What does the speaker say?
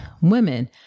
women